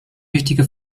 wichtige